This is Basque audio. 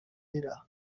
dira